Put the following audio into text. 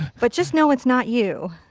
but just know it's not you.